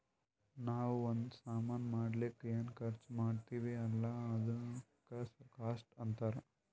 ನಾವೂ ಒಂದ್ ಸಾಮಾನ್ ಮಾಡ್ಲಕ್ ಏನೇನ್ ಖರ್ಚಾ ಮಾಡ್ತಿವಿ ಅಲ್ಲ ಅದುಕ್ಕ ಕಾಸ್ಟ್ ಅಂತಾರ್